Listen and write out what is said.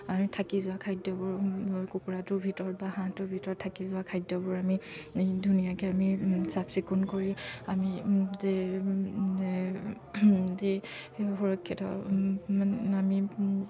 থাকি যোৱা খাদ্যবোৰ কুকুৰাটোৰ ভিতৰত বা হাঁহটোৰ ভিতৰত থাকি যোৱা খাদ্যবোৰ আমি ধুনীয়াকৈ আমি চাফচিকুণ কৰি আমি যে যে সুৰক্ষিত আমি